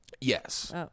Yes